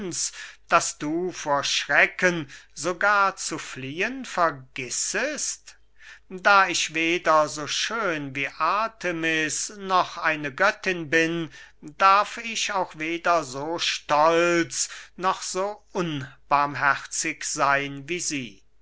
daß du vor schrecken sogar zu fliehen vergissest da ich weder so schön wie artemis noch eine göttin bin darf ich auch weder so stolz noch so unbarmherzig seyn wie sie